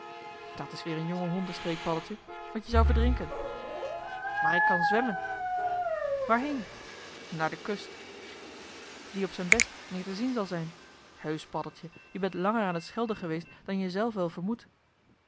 dat is weer een jonge honden streek paddeltje want je zou verdrinken maar ik kan zwemmen waarheen naar de kust die op z'n best meer te zien zal zijn heusch paddeltje je bent langer aan t schelden geweest dan je zelf wel vermoedt